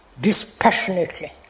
dispassionately